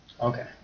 Okay